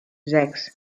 sechs